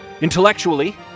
Intellectually